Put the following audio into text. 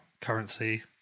currency